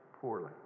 poorly